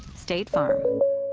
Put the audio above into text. state farm.